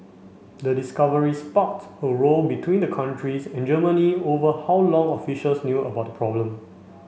the discovery sparked a row between the countries and Germany over how long officials knew about the problem